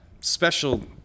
special